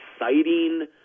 exciting